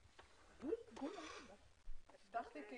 התש"ף-2020.